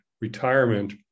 retirement